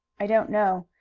i don't know.